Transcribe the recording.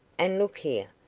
and look here,